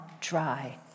dry